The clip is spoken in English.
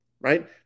right